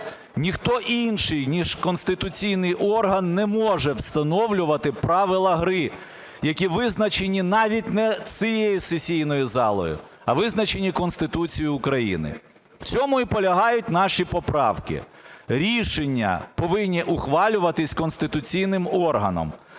Ніхто інший, ніж конституційний орган, не може встановлювати правила гри, які визначені навіть не цією сесійною залою, а визначені Конституцією України. В цьому і полягають наші поправки. Рішення повинні ухвалюватися конституційним органом,